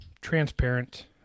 transparent